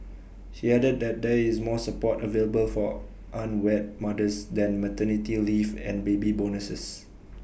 he added that there is more support available for unwed mothers than maternity leave and baby bonuses